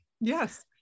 Yes